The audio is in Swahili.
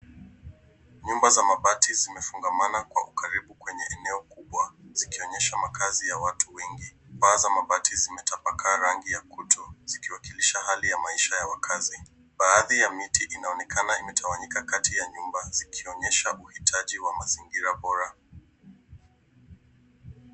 Nyumba za mabati zimefungamana kwa ukaribu kwenye eneo kubwa zikionyesha makaazi ya watu wengi. Paa za mabati zimetapakaa rangi ya kutu zikiwakilisha hali ya maisha ya wakaazi. Baadhi ya miti inaonekana imetawanyika kati ya nyumba zikionyesha uhitaji wa mazingira bora.